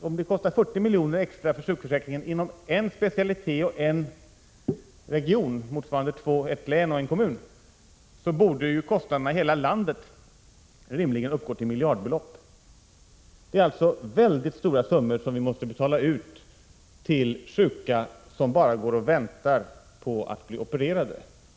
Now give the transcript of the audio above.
Om det kostar 40 milj.kr. extra för sjukförsäkringen inom en enda specialitet och inom en enda region, motsvarande ett län och en kommun, borde kostnaderna i hela landet rimligen uppgå till miljardbelopp. Det är alltså mycket stora summor som vi måste betala ut till sjuka som bara går och väntar på att bli opererade.